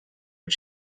but